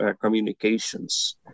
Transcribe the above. communications